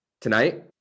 tonight